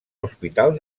hospital